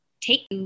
take